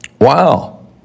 Wow